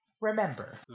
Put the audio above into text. remember